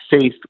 safe